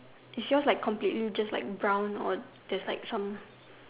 is just like completely just like brown or there's like some